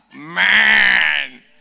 man